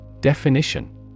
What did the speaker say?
Definition